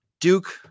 Duke